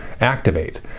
activate